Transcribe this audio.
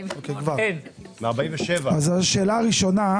השאלה הראשונה,